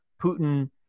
Putin